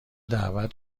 دعوت